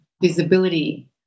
visibility